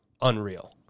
unreal